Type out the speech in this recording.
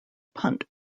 punt